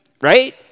right